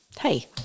Hey